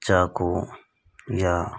चाकू या